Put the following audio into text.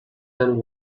and